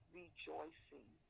rejoicing